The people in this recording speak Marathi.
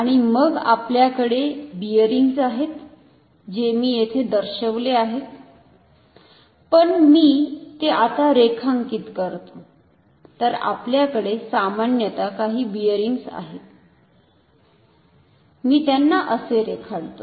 आणि मग आपल्याकडे बिअरिंग्ज आहेत जे मी येथे दर्शविले आहेत पण मी ते आता रेखांकित करतो तर आपल्याकडे सामान्यतः काही बिअरिंग्ज आहेत मी त्यांना असे रेखाटतो